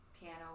piano